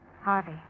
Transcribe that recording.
Harvey